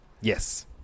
Yes